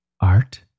Art